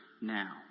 now